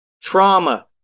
trauma